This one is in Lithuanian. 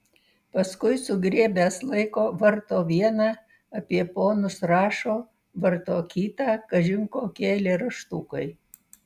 paskui sugriebęs laiko varto vieną apie ponus rašo varto kitą kažin kokie eilėraštukai